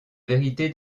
vérité